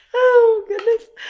oh, goodness. oh,